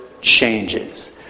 changes